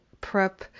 prep